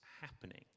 happening